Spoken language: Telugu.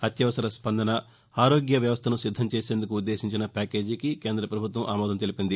అత్యవసర స్పందన ఆరోగ్య వ్యవస్థను సిద్ధంచేసేందుకు ఉద్దేశించిన ప్యాకేజీకి కేంద్ర పభుత్వం ఆమోదం తెలిపింది